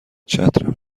چترم